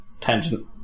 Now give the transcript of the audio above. tangent